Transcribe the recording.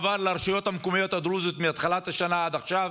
המקומיות הדרוזיות מתחילת השנה עד עכשיו?